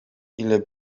ile